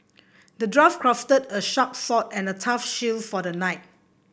the dwarf crafted a sharp sword and a tough shield for the knight